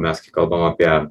mes kai kalbam apie